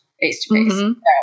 face-to-face